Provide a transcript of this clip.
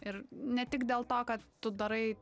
ir ne tik dėl to kad tu darai